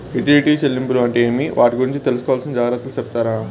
Utility చెల్లింపులు అంటే ఏమి? వాటి గురించి తీసుకోవాల్సిన జాగ్రత్తలు సెప్తారా?